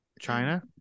China